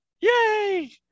yay